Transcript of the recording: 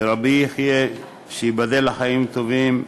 ורבי יחיא, שייבדל לחיים טובים,